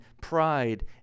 pride